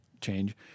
change